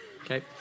Okay